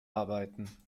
arbeiten